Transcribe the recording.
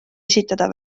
esitada